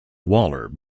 waller